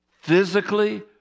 Physically